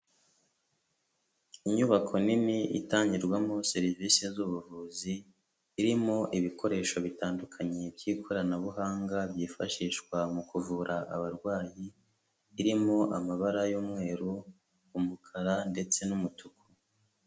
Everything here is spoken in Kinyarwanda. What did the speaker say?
Inyubako nini itangirwamo serivise z'ubuvuzi irimo ibikoresho bitandukanye by'ikoranabuhanga, byifashishwa mu kuvura abarwayi, irimo amabara y'umweru, umukara ndetse n'umutuku.